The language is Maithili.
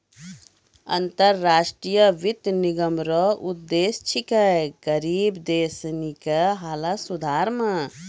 अन्तर राष्ट्रीय वित्त निगम रो उद्देश्य छिकै गरीब देश सनी के हालत मे सुधार